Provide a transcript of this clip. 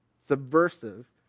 subversive